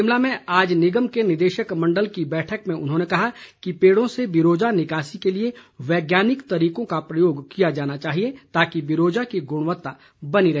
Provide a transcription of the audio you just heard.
शिमला में आज निगम के निदेशक मण्डल की बैठक में उन्होंने कहा कि पेड़ों से बिरोजा निकासी के लिए वैज्ञानिक तरीकों का प्रयोग किया जाना चाहिए ताकि बिरोजा की गुणवत्ता बनी रहे